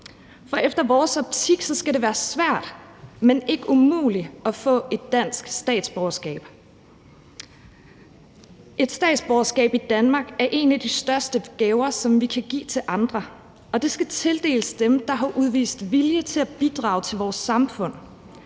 for i vores optik skal det være svært, men ikke umuligt at få et dansk statsborgerskab. Et statsborgerskab i Danmark er en af de største gaver, som vi kan give til andre, og det skal tildeles dem, der har udvist vilje til at bidrage til vores samfund,